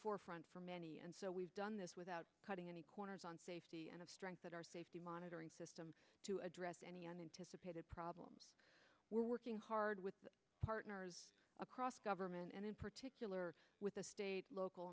forefront for many and so we've done this without cutting any corners on safety and of strength that our safety monitoring system to address any and then to support a problem we're working hard with partners across government and in particular with the state local